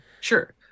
sure